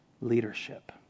leadership